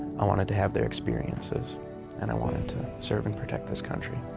i wanted to have their experiences and i wanted to serve and protect this country.